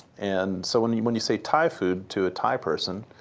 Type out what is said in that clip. and so when you when you say thai food to a thai person,